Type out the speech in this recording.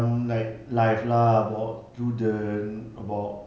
macam like life lah about children about